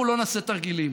אנחנו לא נעשה תרגילים,